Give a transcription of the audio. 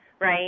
right